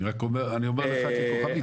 אני רק אומר לך ככוכבית,